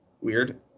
weird